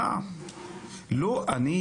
אז לבקש תקנים,